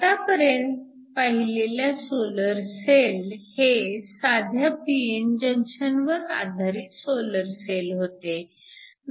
आतापर्यंत पाहिलेल्या solar cell हे साध्या pn जंक्शनवर आधारित सोलर सेल होते